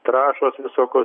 trąšos visokios